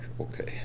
okay